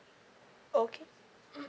okay